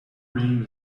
rim